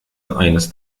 eines